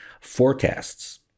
forecasts